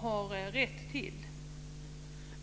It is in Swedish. har rätt till.